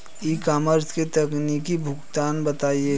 ई commerce के तकनीकी नुकसान बताएं?